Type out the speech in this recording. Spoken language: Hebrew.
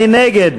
מי נגד?